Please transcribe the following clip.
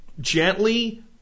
gently